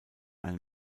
eine